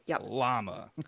llama